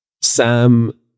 Sam